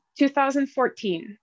2014